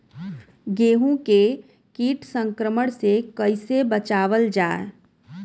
गेहूँ के कीट संक्रमण से कइसे बचावल जा?